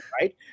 Right